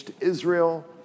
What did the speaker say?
Israel